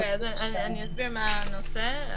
אסביר מה הנושא,